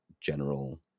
general